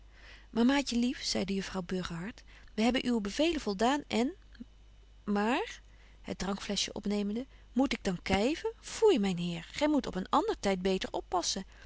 mamaatje lief zeide juffrouw burgerhart wy hebben uwe bevelen voldaan en maar het drankflesje opnemende moet ik dan kyven foei myn heer gy moet op een ander tyd beter oppassen